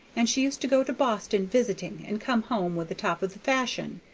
and she used to go to boston visiting and come home with the top of the fashion.